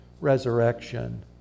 resurrection